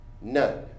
None